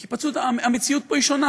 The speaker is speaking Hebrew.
כי פשוט המציאות פה היא שונה.